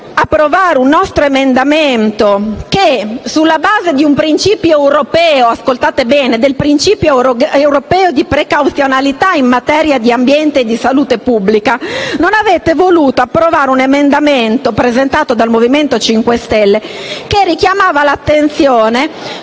approvare un nostro emendamento che si basava sul principio europeo di precauzionalità in materia di ambiente e di salute pubblica. Non avete poi voluto approvare un emendamento presentato dal Movimento 5 Stelle che richiamava l'attenzione